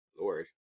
Lord